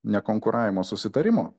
nekonkuravimo susitarimo